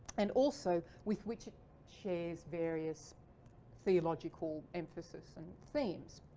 and also with which it shares various theological emphasis and themes.